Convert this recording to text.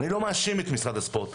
אני לא מאשים את משרד הספורט,